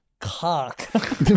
Cock